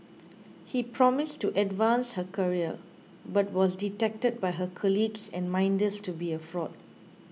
he promised to advance her career but was detected by her colleagues and minders to be a fraud